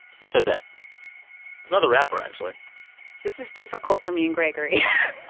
who said that? it's another rapper, actually this is difficult for me and gregory yeah